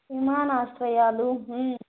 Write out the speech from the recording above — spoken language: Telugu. విమానాశ్రయాలు